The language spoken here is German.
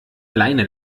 leine